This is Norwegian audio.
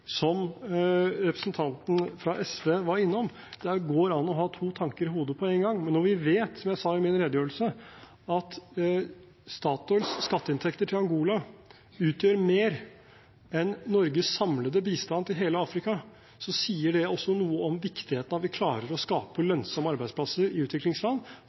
som representanten fra SV var innom. Det går an å ha to tanker i hodet på en gang. Men når vi vet, som jeg sa i min redegjørelse, at Statoils skatteinntekter til Angola utgjør mer enn Norges samlede bistand til hele Afrika, sier det også noe om viktigheten av at vi klarer å skape lønnsomme arbeidsplasser i utviklingsland